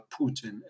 Putin